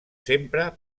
sempre